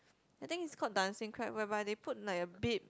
I think its called Dancing-Crab whereby they put like a bib